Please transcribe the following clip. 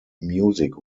music